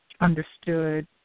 understood